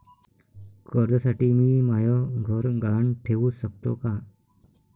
कर्जसाठी मी म्हाय घर गहान ठेवू सकतो का